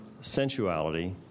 sensuality